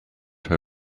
her